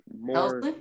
more